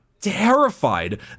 terrified